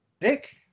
Nick